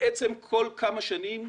בעצם כל כמה שנים,